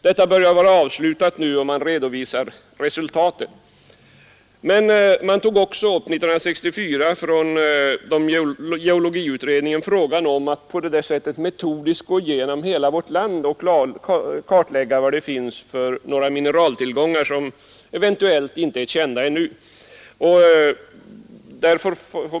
Detta arbete är nu avslutat och man har redovisat resultatet. 1964 års geologiutredning tog också upp frågan om att på detta sätt metodiskt gå igenom hela vårt land och kartlägga vilka mineraltillgångar som eventuellt ännu inte är kända.